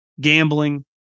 gambling